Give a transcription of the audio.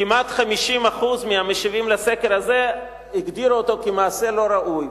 כמעט 50% מהמשיבים בסקר הזה הגדירו אותו כמעשה לא ראוי,